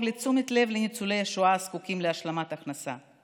בתשומת לב לניצולי השואה הזקוקים להשלמת הכנסה.